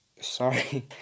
sorry